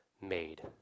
made